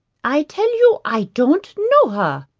i tell you i don't know her.